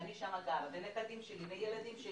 שאני שם גרה, והילדים שלי